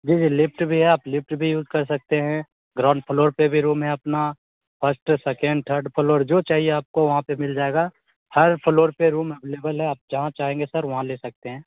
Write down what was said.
जी जी लिफ्ट भी है आप लिफ्ट भी यूज़ कर सकते हैं ग्राउंड फ्लोर पर भी रूम में अपना फर्स्ट सेकेंड थर्ड फ्लोर जो चाहिए आपको वहाँ पर मिल जाएगा हर फ्लोर पर रूम अवलेबल है आप जहाँ चाहेंगे सर वहाँ ले सकते हैं